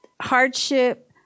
hardship